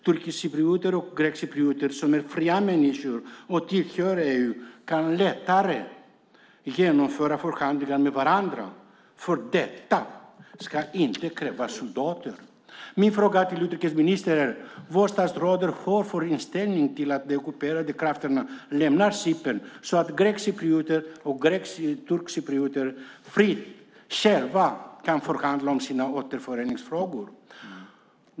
Turkcyprioter och grekcyprioter som är fria människor och medlemmar i EU kan lättare genomföra förhandlingar med varandra. För detta ska inte krävas soldater. Vad har statsrådet för inställning till att den ockuperande makten lämnar Cypern så att grekcyprioter och turkcyprioter fritt och själva kan förhandla om sina återföreningsfrågor?